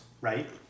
right